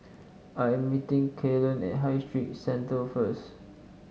I am meeting Kellen at High Street Centre first